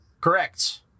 Correct